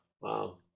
Wow